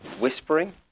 whispering